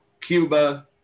cuba